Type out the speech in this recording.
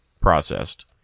processed